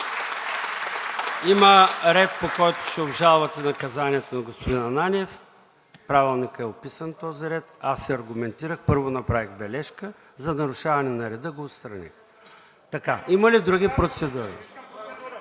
Има ред, по който ще обжалвате наказанието на господин Ананиев. В Правилника е описан този ред. Аз се аргументирах. Първо направих бележка за нарушаване на реда го отстраних. Има ли други процедури?